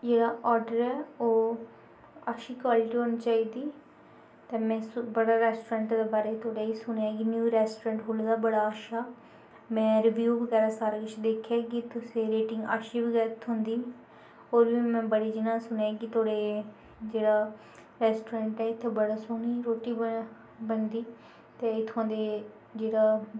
जेह्ड़ा आर्डर ऐ ओह् अच्छी क्वालटी होनी चाहिदी ते में बड़ा रैस्टोरैंट दे बारे च तोआड़े सुनेआं कि न्यू रैस्टोरैंट खुल्ले दा बड़ा अच्छा में रिवियू बगैरा सारा कुछ दिक्खेआ कि रेटिंग अच्छी थ्होंदी होर बी में बड़ें जनें शा सुनेआं कि तोआड़े जेह्ड़ा रैस्टोरैंट ऐ इत्थै बड़ा सोह्नी रोटी बना बनदी ते इत्थूआं दे जेह्ड़ा